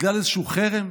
בגלל איזשהו חרם,